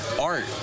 art